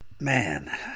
Man